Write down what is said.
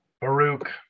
baruch